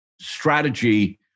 strategy